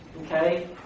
okay